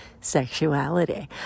sexuality